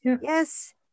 yes